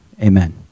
Amen